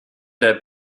their